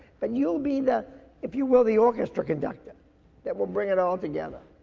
but you'll be the if you will, the orchestra conductor that will bring it all together.